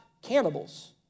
Cannibals